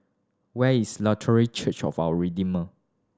where is Luthery Church of Our Redeemer